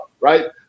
right